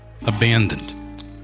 abandoned